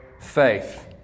faith